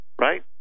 right